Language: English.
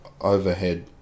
overhead